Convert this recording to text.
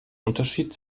unterschied